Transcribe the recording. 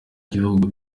ibihugu